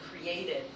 created